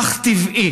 אך טבעי